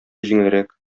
җиңелрәк